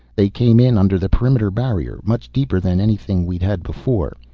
they came in under the perimeter barrier, much deeper than anything we've had before.